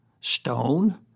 stone